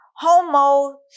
Homo